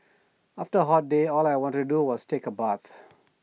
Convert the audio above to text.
after A hot day all I want to do was take A bath